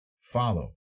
follow